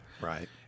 Right